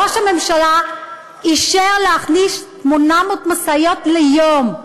ראש הממשלה אישר להכניס 800 משאיות ליום,